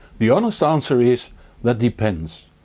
the honest answer is that depends.